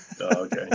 okay